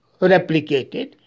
replicated